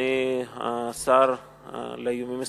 אדוני השר לאיומים אסטרטגיים,